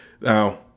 Now